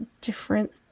different